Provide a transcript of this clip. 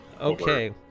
Okay